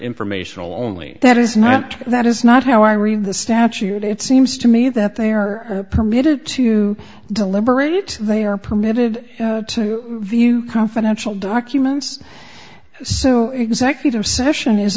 informational only that is not and that is not how i read the statute it seems to me that they are permitted to deliberated they are permitted to view confidential documents so executive session